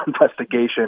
investigation